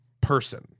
person